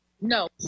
No